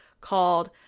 called